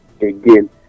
again